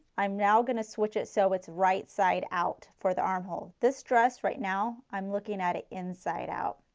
i am now going to switch itself so with right side out for the armhole. this dress right now i am looking at it inside out.